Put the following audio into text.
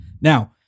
now